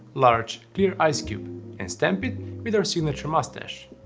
large clear ice cube and stamp it with our signature moustache.